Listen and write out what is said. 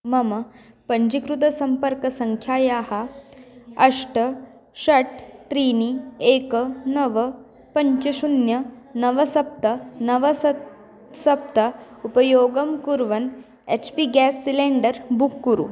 मम पञ्जीकृतसम्पर्कसङ्ख्यायाः अष्ट षट् त्रीणि एकं नव पञ्च शून्यं नव सप्त नव सप्त सप्त उपयोगं कुर्वन् H P gas cylinder book कुरु